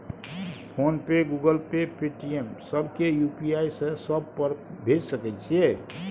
Phone पे, Google Pay, Paytm, सब के UPI से सब पर भेज सके छीयै?